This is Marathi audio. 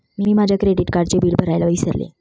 मी माझ्या क्रेडिट कार्डचे बिल भरायला विसरले